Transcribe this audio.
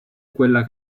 quella